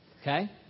Okay